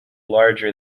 larger